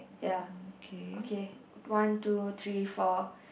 ya okay one two three four